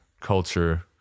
culture